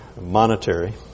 monetary